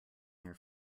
their